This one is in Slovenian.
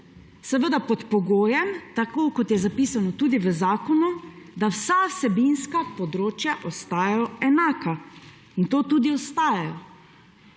seveda pod pogojem, tako kot je zapisano tudi v zakonu, da vsa vsebinska področja ostajajo enaka. In to tudi ostajajo.